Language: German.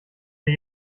wir